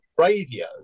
radio